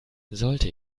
sollte